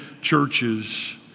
churches